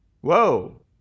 Whoa